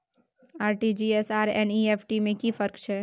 RTG S or NEFT में कि फर्क छै?